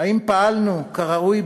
האם פעלנו כראוי,